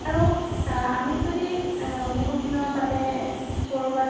আৰু আমি যদি বহুত দিনৰ বাবে ক'ৰবাত